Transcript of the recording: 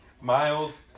Miles